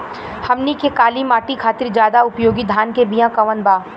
हमनी के काली माटी खातिर ज्यादा उपयोगी धान के बिया कवन बा?